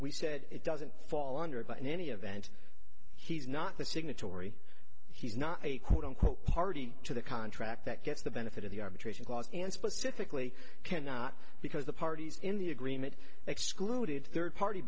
we said it doesn't fall under but in any event he's not the signatory he's not a quote unquote party to the contract that gets the benefit of the arbitration clause and specifically cannot because the parties in the agreement excluded third party